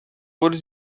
wurde